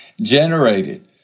generated